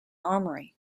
armory